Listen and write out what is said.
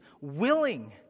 willing